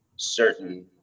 certain